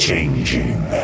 Changing